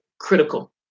critical